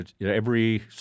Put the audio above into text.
Every-